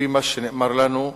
לפי מה שנאמר לנו,